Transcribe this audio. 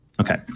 Okay